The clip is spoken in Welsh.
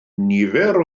nifer